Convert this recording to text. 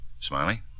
Smiley